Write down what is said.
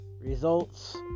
Results